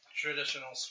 traditional